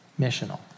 Missional